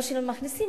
לא שמכניסים,